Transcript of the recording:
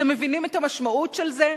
אתם מבינים את המשמעות של זה?